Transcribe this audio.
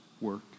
work